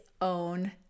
own